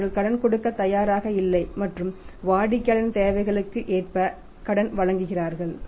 அவர்கள் கடன் கொடுக்கத் தயாராக இல்லை மற்றும் வாடிக்கையாளரின் தேவைகளுக்கு ஏற்ப கடன் வழங்குகிறார்கள்